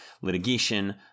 litigation